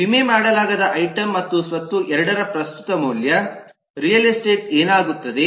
ವಿಮೆ ಮಾಡಲಾಗದ ಐಟಂ ಮತ್ತು ಸ್ವತ್ತು ಎರಡರ ಪ್ರಸ್ತುತ ಮೌಲ್ಯ ರಿಯಲ್ ಎಸ್ಟೇಟ್ ಏನಾಗುತ್ತದೆ